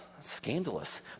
scandalous